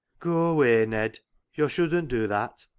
goa away, ned yo' shouldn't do that.